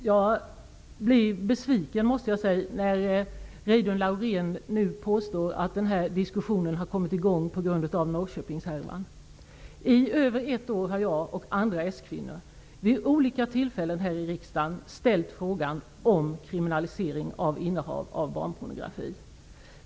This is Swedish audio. Fru talman! Jag måste säga att jag blir besviken när Reidunn Laurén nu påstår att den här diskussionen har kommit i gång på grund av Norrköpingshärvan. I över ett år har jag och andra s-kvinnor vid olika tillfällen här i riksdagen ställt frågor om kriminalisering av innehav av barnpornografi.